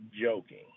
joking